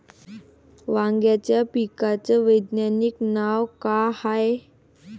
वांग्याच्या पिकाचं वैज्ञानिक नाव का हाये?